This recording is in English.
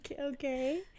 okay